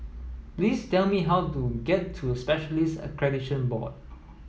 please tell me how to get to Specialists Accreditation Board